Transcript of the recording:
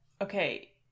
Okay